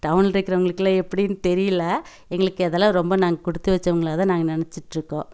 டவுன்லிருக்கறவங்களுக்குலாம் எப்படின் தெரியல எங்களுக்கு அதலாம் ரொம்ப நாங்கள் கொடுத்து வெச்சவங்களா தான் நாங்கள் நினச்சிட்ருக்கோம்